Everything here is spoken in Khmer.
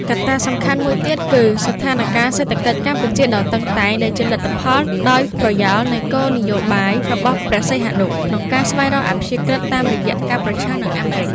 កត្តាសំខាន់មួយទៀតគឺស្ថានការណ៍សេដ្ឋកិច្ចកម្ពុជាដ៏តឹងតែង ដែលជាលទ្ធផលដោយប្រយោលនៃគោលនយោបាយរបស់ព្រះសីហនុក្នុងការស្វែងរកអព្យាក្រឹតភាពតាមរយៈការប្រឆាំងនឹងអាមេរិក។